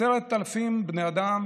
10,000 בני אדם,